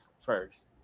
first